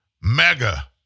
mega